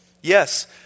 Yes